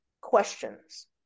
questions